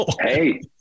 Hey